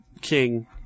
King